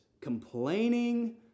Complaining